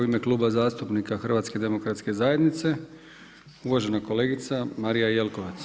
U ime Kluba zastupnika HDZ-a uvažena kolegica Marija Jelkovac.